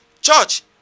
Church